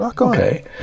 Okay